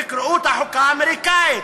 תקראו את החוקה האמריקנית,